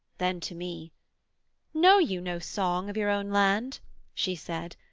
then to me know you no song of your own land she said,